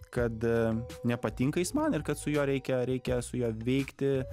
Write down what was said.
kad nepatinka jis man ir kad su juo reikia reikia su juo veikti